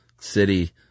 city